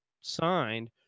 signed